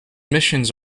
missions